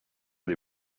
des